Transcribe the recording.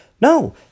No